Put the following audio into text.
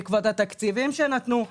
בעקבות התקציבים שנתנו.